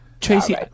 Tracy